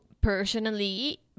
personally